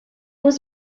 was